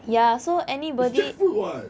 it's jackfruit what